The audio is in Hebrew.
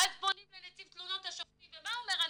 ואז פונים לנציב תלונות שופטים, ומה אומר הנציב?